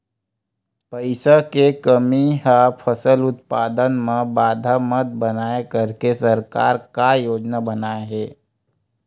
पईसा के कमी हा फसल उत्पादन मा बाधा मत बनाए करके सरकार का योजना बनाए हे?